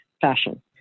fashion